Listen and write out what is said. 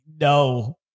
No